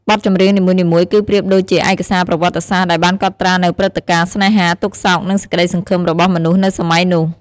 បទចម្រៀងនីមួយៗគឺប្រៀបដូចជាឯកសារប្រវត្តិសាស្ត្រដែលបានកត់ត្រានូវព្រឹត្តិការណ៍ ស្នេហា ទុក្ខសោក និងសេចក្ដីសង្ឃឹមរបស់មនុស្សនៅសម័យនោះ ។